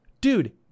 dude